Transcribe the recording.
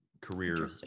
career